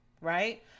Right